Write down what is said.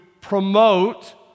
promote